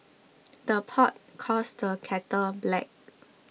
the pot calls the kettle black